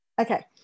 Okay